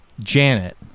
janet